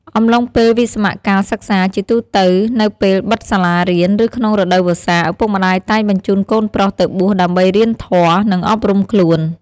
អំឡុងពេលវិស្សមកាលសិក្សា ជាទូទៅនៅពេលបិទសាលារៀន ឬក្នុងរដូវវស្សា ឪពុកម្ដាយតែងបញ្ជូនកូនប្រុសទៅបួសដើម្បីរៀនធម៌ និងអប់រំខ្លួន។